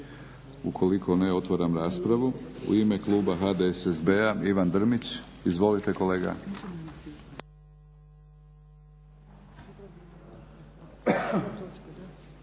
Ukoliko ne otvaram raspravu. U ime kluba HDSSB-a Ivan Drmić. Izvolite kolega.